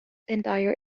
entire